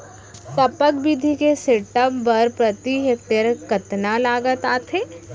टपक विधि के सेटअप बर प्रति हेक्टेयर कतना लागत आथे?